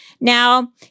Now